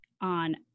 On